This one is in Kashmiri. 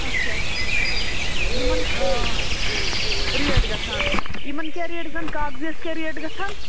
اَچھا یِمَن ریٹ گژھان یِمَن کیٛاہ ریٹ گژھان کاکزِیَس کیٛاہ ریٹ گژھان